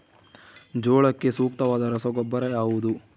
ಜೋಳಕ್ಕೆ ಸೂಕ್ತವಾದ ರಸಗೊಬ್ಬರ ಯಾವುದು?